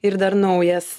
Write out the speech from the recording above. ir dar naujas